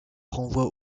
renvoie